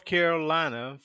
Carolina